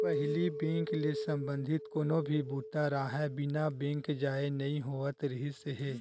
पहिली बेंक ले संबंधित कोनो भी बूता राहय बिना बेंक जाए नइ होवत रिहिस हे